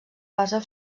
base